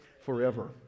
forever